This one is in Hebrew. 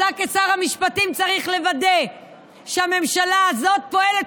ואתה כשר המשפטים צריך לוודא שהממשלה הזאת פועלת